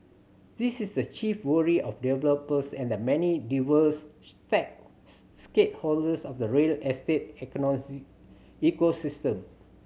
this is the chief worry of developers and the many diverse of the real estate ecosystem